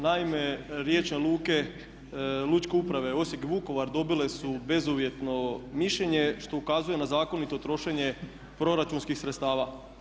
Naime, riječne luke Lučke uprave Osijek i Vukovar dobile su bezuvjetno mišljenje što ukazuje na zakonito trošenje proračunskih sredstava.